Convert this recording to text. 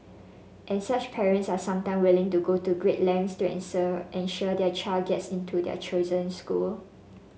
and such parents are sometime willing to go to great lengths to ensure ensure their child gets into their chosen school